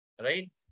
right